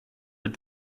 but